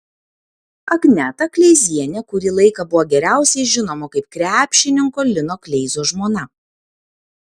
agneta kleizienė kurį laiką buvo geriausiai žinoma kaip krepšininko lino kleizos žmona